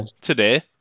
today